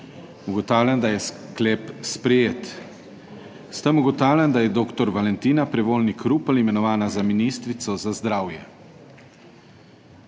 Ugotavljam, da je sklep sprejet. S tem ugotavljam, da je dr. Valentina Prevolnik Rupel imenovana za ministrico za zdravje.